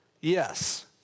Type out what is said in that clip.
yes